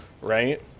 right